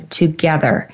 together